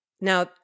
Now